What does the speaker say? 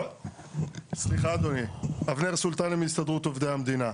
אני מהסתדרות עובדי המדינה.